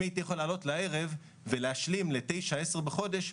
אם הייתי יכול לעבוד בערב ולהשלים ל-10-9 בחודש,